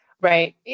Right